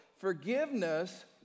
Forgiveness